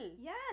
Yes